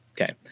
Okay